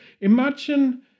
Imagine